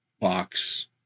box